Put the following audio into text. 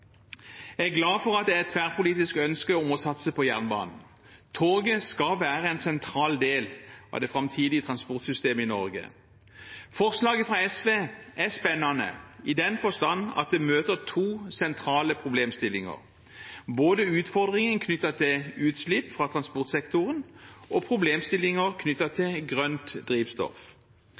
Jeg er glad for at det er et tverrpolitisk ønske om å satse på jernbanen. Toget skal være en sentral del av det framtidige transportsystemet i Norge. Forslaget fra SV er spennende i den forstand at det møter to sentrale problemstillinger, både utfordringen knyttet til utslipp fra transportsektoren og problemstillinger knyttet til grønt drivstoff.